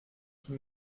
qui